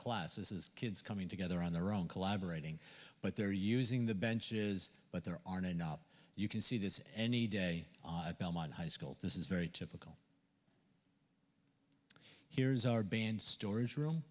classes kids coming together on their own collaborating but they're using the benches but there aren't enough you can see this any day high school this is very typical here's our band storage room